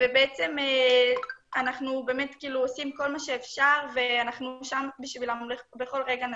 ובעצם אנחנו עושים כל מה שאפשר ואנחנו שם בשביל --- בכל רגע נתון.